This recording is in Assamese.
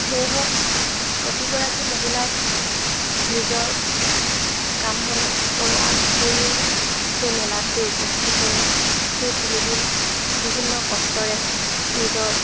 সেয়েহে প্ৰতিগৰাকী মহিলাই নিজৰ কাম বন কৰাৰ উপৰিও সেই মেলাত গৈ উপস্থিত হৈ সেই তিনিদিন বিভিন্ন কষ্টৰে নিজৰ